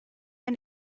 ein